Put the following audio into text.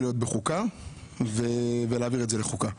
להיות בחוקה ואז להעביר את זה לחוקה,